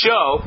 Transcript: Show